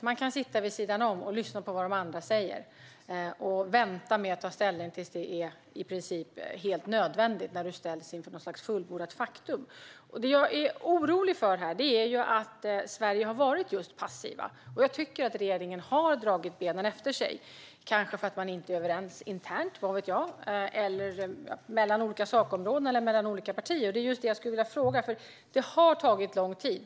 Man kan sitta vid sidan om och lyssna på vad de andra säger och vänta med att ta ställning tills det är helt nödvändigt och man ställs inför fullbordat faktum. Det som oroar mig är att Sverige har varit just passivt. Jag tycker att regeringen har dragit benen efter sig, kanske för att man inte är överens internt mellan olika sakområden eller mellan olika partier, vad vet jag? Det har tagit lång tid.